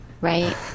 right